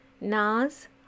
Naz